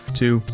two